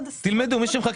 לדבר.